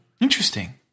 Interesting